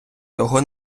його